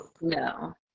No